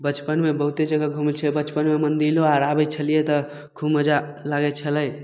बचपनमे बहुत्ते जगह घुमय छियै बचपनमे मन्दिरो आर आबय छलियै तऽ खूब मजा लागय छलै